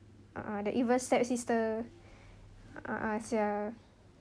a'ah the evil step sister a'ah [sial]